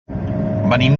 venim